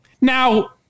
Now